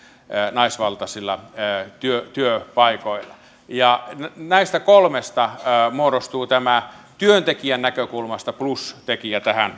naisvaltaisilla työpaikoilla näistä kolmesta muodostuu työntekijän näkökulmasta tämä plustekijä tähän